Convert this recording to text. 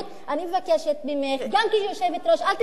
אני מבקשת ממך גם כיושבת-ראש, אל תתווכחי